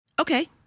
Okay